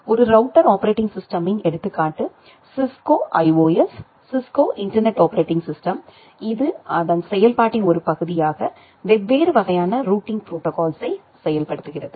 ஒரு router operating சிஸ்டமின் எடுத்துக்காட்டு Cisco IOS Cisco internet operating system இது அதன் செயல்பாட்டின் ஒரு பகுதியாக வெவ்வேறு வகையான ரூட்டிங் ப்ரோடோகால்ஸ்யை செயல்படுத்துகிறது